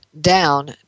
down